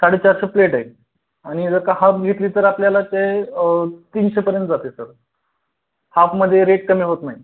साडेचारशे प्लेट आहे आणि जर का हाफ घेतली तर आपल्याला ते तीनशेपर्यंत जाते सर हाफमध्ये रेट कमी होत नाही